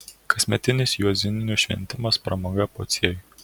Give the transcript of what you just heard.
kasmetinis juozinių šventimas pramoga pociejui